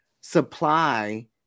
supply